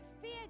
fear